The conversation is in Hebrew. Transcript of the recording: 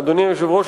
אדוני היושב-ראש,